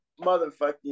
motherfucking